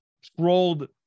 scrolled